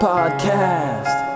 Podcast